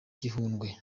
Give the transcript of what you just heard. gihundwe